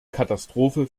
katastrophe